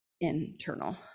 internal